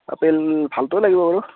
apple ভালটোৱে লাগিব বাৰু